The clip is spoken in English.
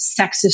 sexist